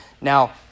Now